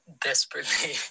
desperately